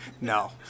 No